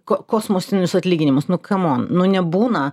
kosmosinius atlyginimus nu kam on nu nebūna